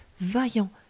vaillant